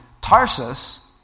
Tarsus